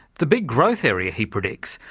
the big growth area, he predicts,